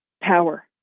power